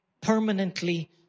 permanently